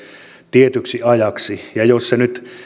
tietyksi ajaksi ja jos se nyt